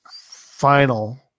final